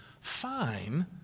fine